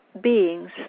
beings